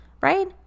right